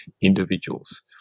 individuals